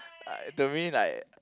to me like